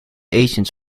agent